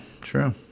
true